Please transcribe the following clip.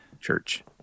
Church